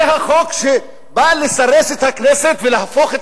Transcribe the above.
זה החוק שבא לסרס את הכנסת ולהפוך את